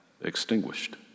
extinguished